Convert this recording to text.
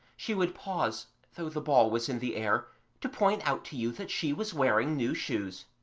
she would pause though the ball was in the air to point out to you that she was wearing new shoes.